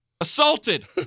Assaulted